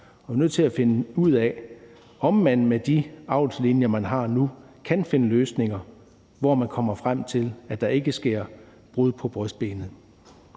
vi er nødt til at finde ud af, om man med de avlslinjer, man har nu, kan finde løsninger, hvor man kommer frem til, at der ikke sker brud på brystbenet.